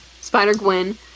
Spider-Gwen